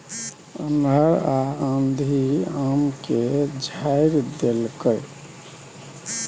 अन्हर आ आंधी आम के झाईर देलकैय?